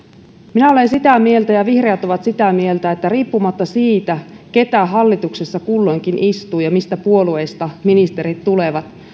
minä olen sitä mieltä ja vihreät ovat sitä mieltä että riippumatta siitä keitä hallituksessa kulloinkin istuu ja mistä puolueista ministerit tulevat